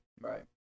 Right